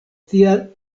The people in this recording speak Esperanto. tial